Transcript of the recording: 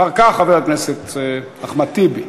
אחר כך, חבר הכנסת אחמד טיבי.